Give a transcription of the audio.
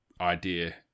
idea